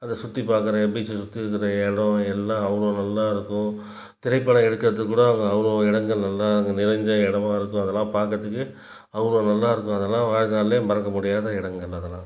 அதை சுற்றி பார்க்கற எ பீச்சை சுற்றி இருக்கிற இடோம் எல்லாம் அவ்வளோ நல்லா இருக்கும் திரைப்படம் எடுக்கறதுக்கு கூட அங்கே அவ்வளோ இடங்கள் நல்லா அங்கே நிறைஞ்ச இடமாக இருக்கும் அதெல்லாம் பார்க்கறதுக்கு அவ்வளோ நல்லா இருக்கும் அதெல்லாம் வாழ்நாள்ல மறக்க முடியாத இடங்கள் அதெல்லாம்